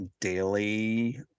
daily